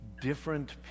different